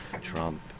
Trump